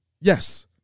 Yes